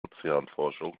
ozeanforschung